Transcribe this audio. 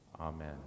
Amen